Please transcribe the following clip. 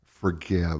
Forgive